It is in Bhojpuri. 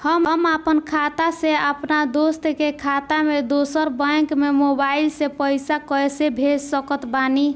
हम आपन खाता से अपना दोस्त के खाता मे दोसर बैंक मे मोबाइल से पैसा कैसे भेज सकत बानी?